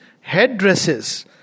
headdresses